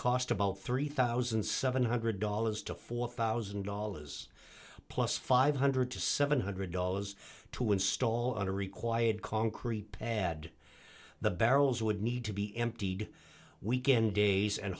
cost about three thousand seven hundred dollars to four thousand dollars plus five hundred dollars to seven hundred dollars to install a required concrete pad the barrels would need to be emptied weekend days and